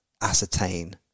ascertain